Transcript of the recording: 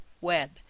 web